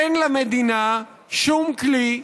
אין למדינה שום כלי,